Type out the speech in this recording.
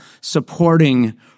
supporting